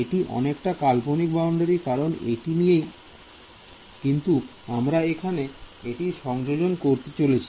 এটি অনেকটা কাল্পনিক বাউন্ডারি কারণ এটি নেই কিন্তু আমাকে এখানে এটির সংযোজন করতে হয়েছে